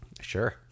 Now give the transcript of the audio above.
Sure